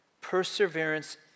Perseverance